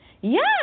Yes